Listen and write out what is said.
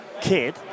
kid